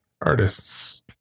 artists